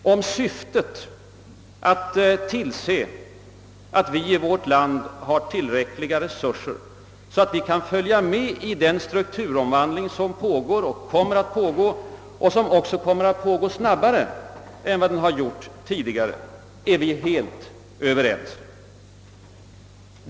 Betydelsen av att tillse att vi i vårt land har tillräckliga resurser för att kunna följa med i den strukturomvandling som pågår och kommer att pågå snabbare än vad den har gjort tidigare är vi helt överens om.